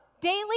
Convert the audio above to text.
daily